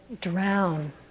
drown